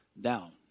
down